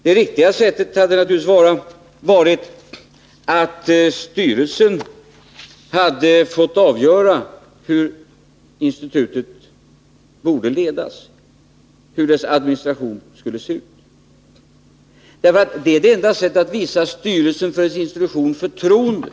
Det riktiga sättet hade naturligtvis varit att styrelsen fått avgöra hur institutet borde ledas och hur dess administration skulle se ut, därför att det är det enda sättet att visa styrelsen för en institution förtroende.